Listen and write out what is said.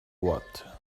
what